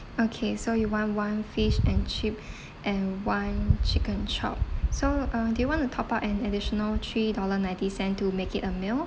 okay so you want one fish and chip and one chicken chop so uh do you want to top up an additional three dollar ninety cent to make it a meal